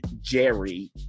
Jerry